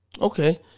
Okay